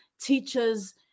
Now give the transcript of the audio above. teachers